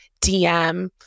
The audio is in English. DM